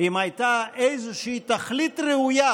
אם הייתה איזושהי תכלית ראויה